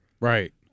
Right